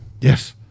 Yes